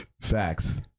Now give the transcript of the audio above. Facts